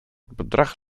bedrag